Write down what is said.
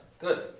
Good